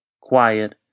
quiet